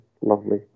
lovely